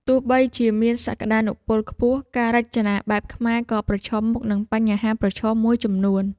ទោះបីជាមានសក្តានុពលខ្ពស់ ការរចនាបែបខ្មែរក៏ប្រឈមមុខនឹងបញ្ហាប្រឈមមួយចំនួន។